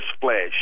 flesh